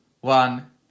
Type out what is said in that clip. one